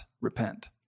repent